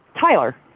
Tyler